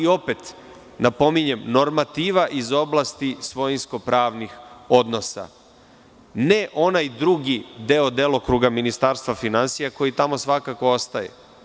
Opet, napominjem, normativa iz oblasti svojinsko-pravnih odnosa, ne onaj drugi deo delokruga Ministarstva finansija koji tamo svakako ostaje.